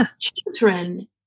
children